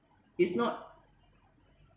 it's not